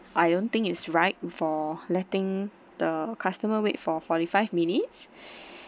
I don't think it's right for letting the customer wait for forty-five minutes